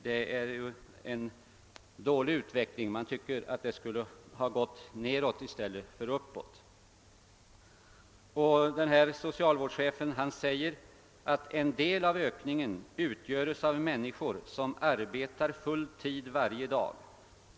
Det är en beklaglig utveckling; man tycker att antalet borde ha gått nedåt i stället för uppåt. Vidare framhåller han: >En del av ökningen utgöres av människor som arbetar full tid varje dag.